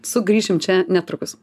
sugrįšim čia netrukus